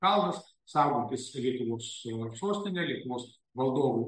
kalnas saugantis lietuvos sostinę lietuvos valdovų